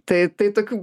tai tai tokių